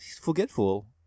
forgetful